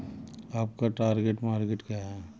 आपका target market क्या है?